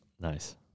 Nice